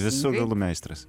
visų galų meistras